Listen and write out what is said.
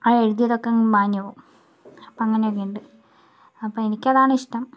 ആ എഴുതിയതൊക്കങ്ങു മാഞ്ഞുപോകും അപ്പൊൾ അങ്ങനെയൊക്കെയിണ്ട് അപ്പൊൾ എനിക്കതാണിഷ്ട്ടം